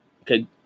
okay